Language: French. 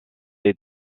est